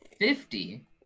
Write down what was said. Fifty